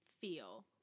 feel